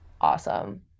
awesome